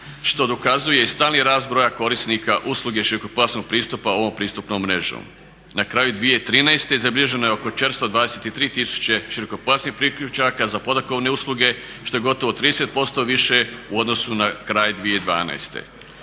što dokazuje i stalni rast broja korisnika usluge širokopojasnog pristupa ovom pristupnom mrežom. Na kraju 2013.zabilježeno je oko 423 tisuće širokopojasnih priključaka za podatkovne usluge što je gotovo 30% više u odnosu na kraj 2012.